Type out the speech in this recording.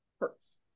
hurts